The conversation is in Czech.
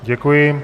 Děkuji.